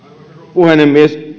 puhemies